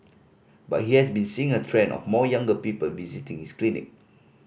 but he has been seeing a trend of more younger people visiting his clinic